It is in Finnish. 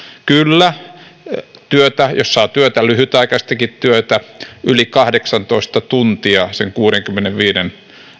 kyllä jos saa työtä lyhytaikaistakin työtä yli kahdeksantoista tuntia kuudenkymmenenviiden